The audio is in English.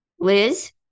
Liz